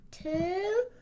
Two